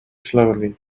slowly